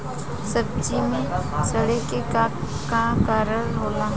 सब्जी में सड़े के का कारण होला?